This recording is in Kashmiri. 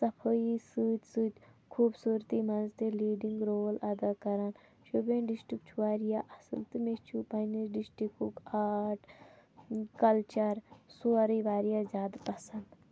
صفٲیی سۭتۍ سۭتۍ خوٗبصوٗرتی منٛز تہِ لیٖڈِنٛگ رول ادا کران شوپین ڈِسٹِک چھُ واریاہ اَصٕل تہٕ مےٚ چھُ پَنٛنہِ ڈِسٹِکُک آرٹ کلچَر سورٕے واریاہ زیادٕ پَسنٛد